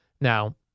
Now